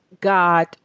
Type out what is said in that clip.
God